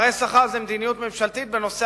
פערי שכר זה מדיניות ממשלתיות בנושא